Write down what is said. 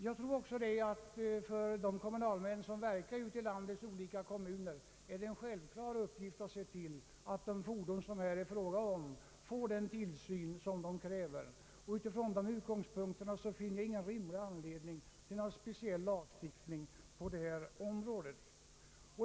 Jag tror också att för de kommunalmän som verkar ute i landets olika kommuner är det en självklar uppgift att se till att de fordon som det här är fråga om får den tillsyn som krävs. Utifrån de utgångspunkterna finner jag ingen rimlig anledning till någon speciell lagstiftning på det här området.